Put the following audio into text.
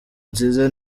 nziza